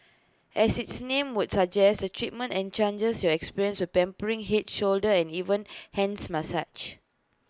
as its name would suggest the treatment in chances your experience with pampering Head shoulder and even hands massage